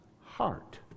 heart